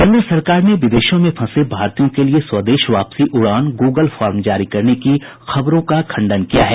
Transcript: केन्द्र सरकार ने विदेशों में फंसे भारतीयों के लिए स्वदेश वापसी उड़ान गूगल फॉर्म जारी करने की खबरों का खंडन किया है